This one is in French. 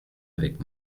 avec